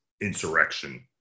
insurrection